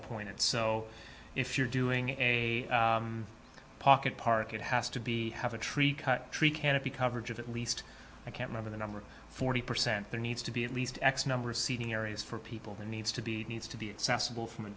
appointed so if you're doing a pocket park it has to be have a tree cut tree canopy coverage of at least i can remember the number forty percent there needs to be at least x number of seating areas for people there needs to be needs to be accessible from a